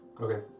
Okay